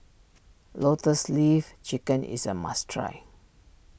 Lotus Leaf Chicken is a must try